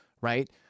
right